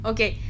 Okay